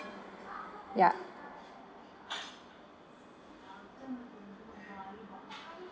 ya